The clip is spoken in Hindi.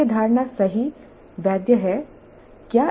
क्या यह धारणा सहीवैध है